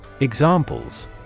Examples